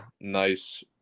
nice